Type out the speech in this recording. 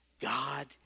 God